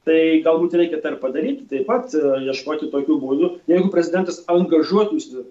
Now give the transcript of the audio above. tai galbūt reikia tą ir padaryti taip pat ieškoti tokių būdų jeigu prezidentas angažuotųsi